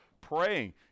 praying